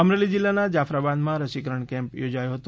અમરેલી જિલ્લાના જાફરાબાદમાં રસીકરણ કેમ્પ યોજાયો હતો